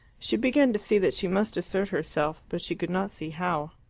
she began to see that she must assert herself, but she could not see how.